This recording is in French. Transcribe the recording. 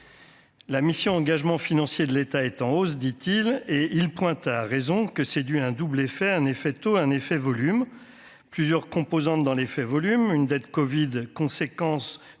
La mission Engagements financiers de l'État est en hausse, dit-il, et il pointe à raison que c'est dû à un double effet : un effet taux un effet volume plusieurs composantes dans l'effet volume une dette Covid conséquence du